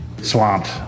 Swamped